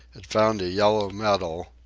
had found a yellow metal,